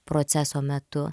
proceso metu